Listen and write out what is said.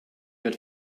wird